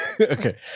okay